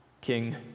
King